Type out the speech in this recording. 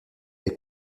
des